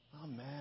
Amen